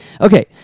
okay